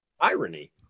Irony